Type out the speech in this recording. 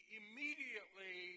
immediately